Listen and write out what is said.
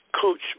coach